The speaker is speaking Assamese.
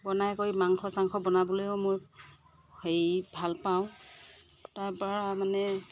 বনাই কৰি মাংস চাংস বনাবলৈও মই হেৰি ভাল পাওঁ তাৰ পৰা মানে